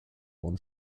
und